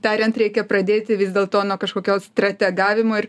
tariant reikia pradėti vis dėl to nuo kažkokio strategavimo ir